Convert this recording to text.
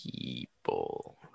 people